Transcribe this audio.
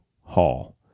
Hall